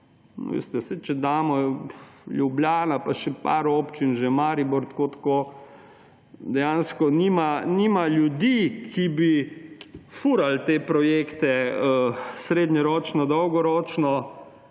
saj, če damo Ljubljano, pa še par občin, že Maribor tako tako, dejansko nima ljudi, ki bi furali te projekte srednjeročno, dolgoročno;